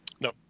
No